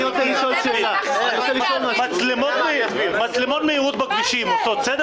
מצלמות בכבישים עושות סדר